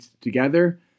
together